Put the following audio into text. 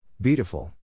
Beautiful